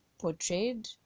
portrayed